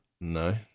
No